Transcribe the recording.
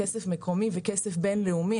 כסף מקומי ולכסף בין לאומי.